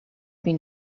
been